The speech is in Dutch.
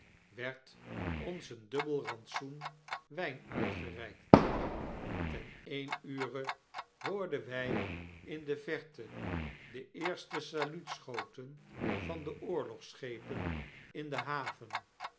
werd ons een dubbel rantsoen wyn uitgereikt ten een ure hoorden wj in de verte de eerste saluutschoten van de oorlogsschepen in de haven